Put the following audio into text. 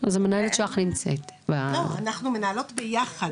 אנחנו מנהלות ביחד.